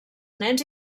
nens